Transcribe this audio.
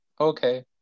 Okay